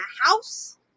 house